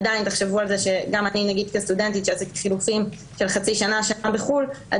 עדיין תחשבו על כך שגם אני כסטודנטית בחילופים של חצי שנה בחוץ לארץ,